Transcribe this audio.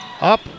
Up